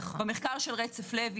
במחקר של רצף שלי,